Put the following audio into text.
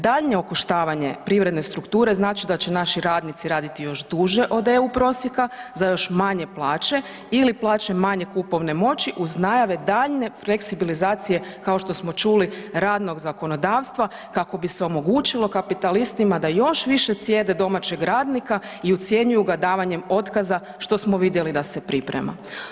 Daljnje okoštavanje privredne strukture znači da će naši radnici radi još duže od EU prosjeka za još manje plaće ili plaće manje kupovne moći uz najave daljnje fleksibilizacije kao što smo čuli radnog zakonodavstva kako bi se omogućilo kapitalistima da još više cijede domaćeg radnika i ucjenjuju ga davanjem otkaza što smo vidjeli da se priprema.